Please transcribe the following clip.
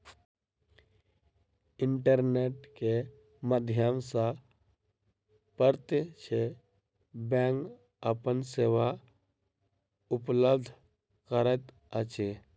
internet के माध्यम सॅ प्रत्यक्ष बैंक अपन सेवा उपलब्ध करैत अछि